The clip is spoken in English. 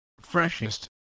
freshest